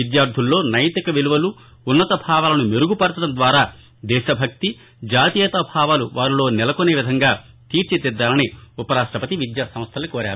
విద్యార్ధల్లో నైతిక విలువలు ఉన్నత భావాలను మెరుగుపరచడం ద్వారా దేశభక్తి జాతీయత భావాలు వారిలో నెలకొనే విధంగా విద్యార్దలను తీర్చిదిద్దాలని ఉపరాష్ట్రపతి విద్యాసంస్థలను కోరారు